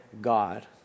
God